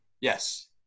Yes